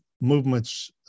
movements